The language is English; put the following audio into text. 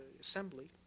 assembly